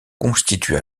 constitue